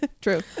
True